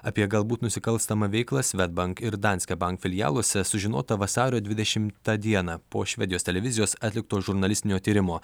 apie galbūt nusikalstamą veiklą swedbank ir danske bank filialuose sužinota vasario dvidešimtą dieną po švedijos televizijos atlikto žurnalistinio tyrimo